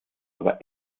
aber